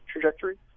trajectory